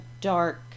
dark